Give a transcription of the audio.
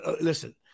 listen